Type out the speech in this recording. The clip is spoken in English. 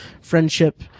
friendship